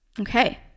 Okay